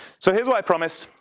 so here is what i promised,